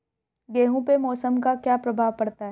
गेहूँ पे मौसम का क्या प्रभाव पड़ता है?